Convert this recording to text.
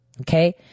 Okay